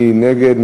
מי נגד?